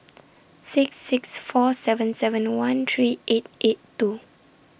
six six four seven seven one three eight eight two